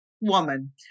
woman